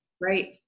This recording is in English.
Right